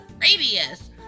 radius